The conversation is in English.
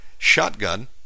Shotgun